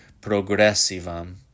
progressivam